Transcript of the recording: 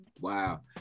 Wow